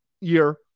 year